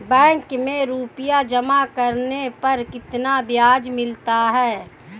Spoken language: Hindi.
बैंक में रुपये जमा करने पर कितना ब्याज मिलता है?